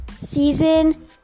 Season